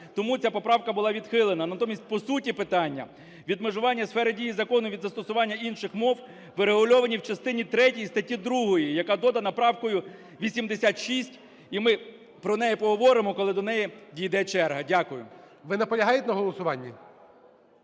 Тому ця поправка була відхилена. Натомість по суті питання. Відмежування сфери дії закону від застосування інших мов врегульовані в частині третій статті 2, яка додана правкою 86, і ми про неї поговоримо, коли до неї дійде черга. Дякую. ГОЛОВУЮЧИЙ. Ви наполягаєте на голосуванні?